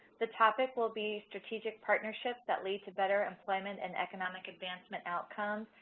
the topic will be strategic partnership that lead to better employment and economic advancement outcome